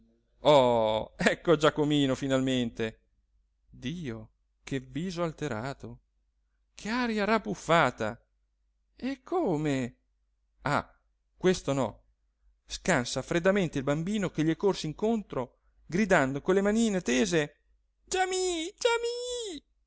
oh ecco giacomino finalmente dio che viso alterato che aria rabbuffata eh come ah questo no scansa freddamente il bambino che gli è corso incontro gridando con le manine tese giamì